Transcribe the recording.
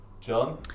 john